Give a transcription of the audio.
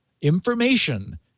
Information